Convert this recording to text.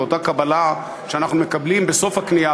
אותה קבלה שאנחנו מקבלים בסוף הקנייה,